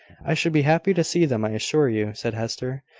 i should be happy to see them, i assure you, said hester,